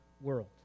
world